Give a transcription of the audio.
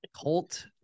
cult